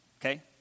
Okay